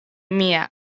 mia